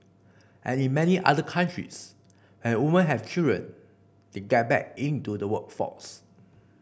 and in many other countries and woman have children they get back into the workforce